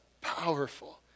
powerful